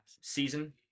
season